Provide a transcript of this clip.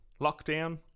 lockdown